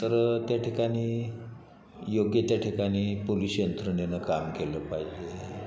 तर त्या ठिकाणी योग्य त्या ठिकाणी पोलिश यंत्रनेनं काम केलं पाहिजे